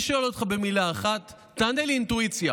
אני שואל אותך במילה אחת, תענה לי באינטואיציה,